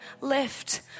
lift